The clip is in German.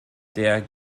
der